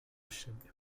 siebie